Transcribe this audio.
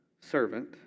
Servant